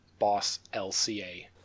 BossLCA